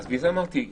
לכן אמרתי,